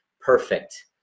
Perfect